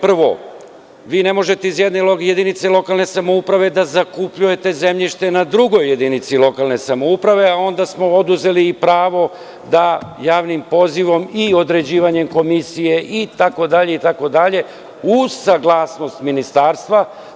Prvo vi ne možete iz jedne jedinice lokalne samouprave da zakupljujete zemljište na drugoj jedinici lokalne samouprave, a onda smo oduzeli i pravo da javnim pozivom i određivanjem komisije itd, itd, uz saglasnost ministarstva.